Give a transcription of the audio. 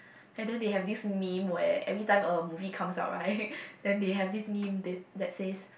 add they have this meme where every time a movie comes out right then they have this meme that that says